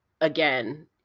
again